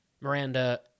Miranda